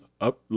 up